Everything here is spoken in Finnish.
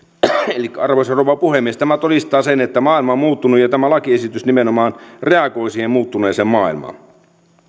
arvoisa rouva puhemies tämä todistaa sen että maailma on muuttunut ja ja tämä lakiesitys nimenomaan reagoi siihen muuttuneeseen maailmaan